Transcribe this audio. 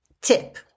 Tip